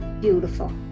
beautiful